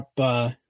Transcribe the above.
up